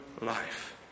life